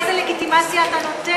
איזו לגיטימציה אתה נותן?